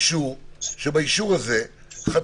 אישור שעל האישור הזה חתומים